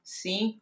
sim